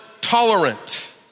tolerant